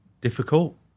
difficult